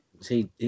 See